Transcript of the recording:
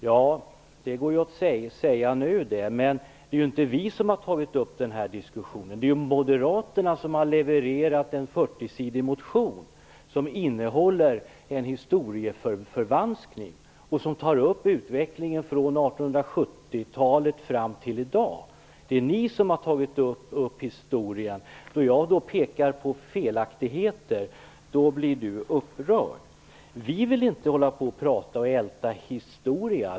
Ja, det går ju an att säga nu, men det är ju inte vi som har tagit upp den här diskussionen - moderaterna har väckt en 40-sidig motion som tar upp utvecklingen från 1870-talet fram till i dag och som innehåller en historieförvanskning. Det är ni som har tagit upp historien. När jag då visar på felaktigheter blir Per Bill upprörd. Vi vill inte hålla på och älta historia.